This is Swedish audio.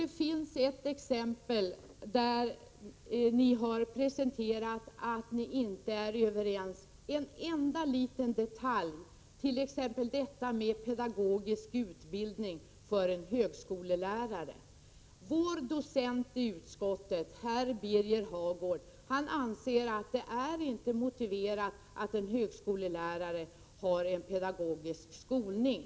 Det finns ett exempel där de borgerliga inte är överens om en enda liten detalj, nämligen det som rör pedagogisk utbildning för en högskolelärare. Vår docent i utskottet, herr Birger Hagård, anser att det inte är motiverat att en högskolelärare har en pedagogisk skolning.